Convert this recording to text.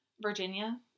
Virginia